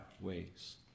ways